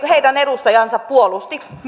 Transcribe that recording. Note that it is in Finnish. heidän edustajansa puolusti